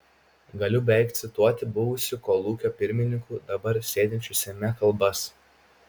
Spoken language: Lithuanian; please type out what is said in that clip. galiu beveik cituoti buvusių kolūkio pirmininkų dabar sėdinčių seime kalbas